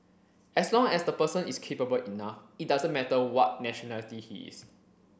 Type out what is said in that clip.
as long as the person is capable enough it doesn't matter what nationality he is